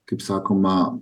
kaip sakoma